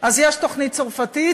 אז יש תוכנית צרפתית,